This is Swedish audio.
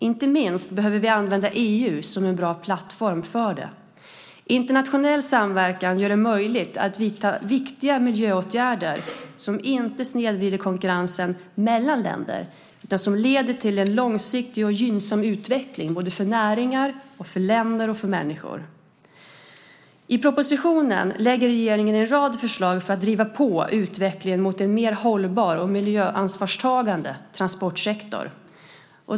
Vi behöver, inte minst, använda EU som en plattform för det. Internationell samverkan gör det möjligt att vidta viktiga miljöåtgärder som inte snedvrider konkurrensen mellan länder utan leder till en långsiktig och gynnsam utveckling för både näringar, länder och människor. I propositionen lägger regeringen fram en rad förslag för att driva på utvecklingen mot en mer hållbar och miljöansvarstagande transportsektor.